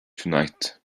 tonight